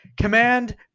command